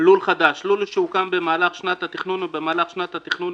"לול חדש" לול שהוקם במהלך שנת התכנון או במהלך שנת התכנון